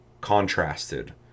contrasted